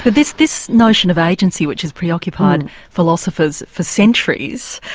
but this this notion of agency, which has preoccupied philosophers for centuries,